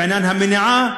ועניין המניעה,